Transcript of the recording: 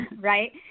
right